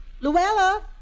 Luella